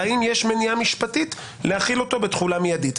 האם יש מניעה משפטית להחיל אותו בתחולה מידית?